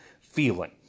feeling